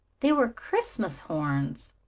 they were christmas horns.